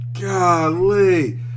golly